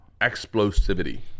explosivity